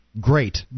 great